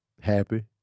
Happy